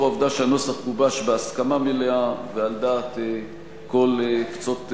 לאור העובדה שהנוסח גובש בהסכמה מלאה ועל דעת כל קצות הבית,